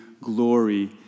glory